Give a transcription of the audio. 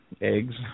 eggs